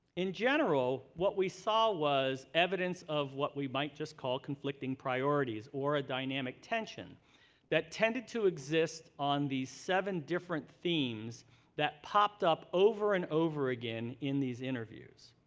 in general what we saw was evidence of what we might just call conflicting priorities or a dynamic tension that tended to exist on the seven different themes that popped up over and over again in these interviews.